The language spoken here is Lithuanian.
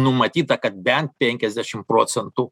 numatyta kad bent penkiasdešim procentų